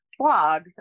blogs